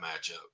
matchup